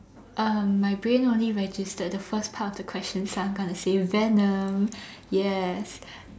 um my brain only registered the first part of the question so I'm going to say Venom yes